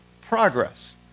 progress